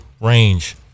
range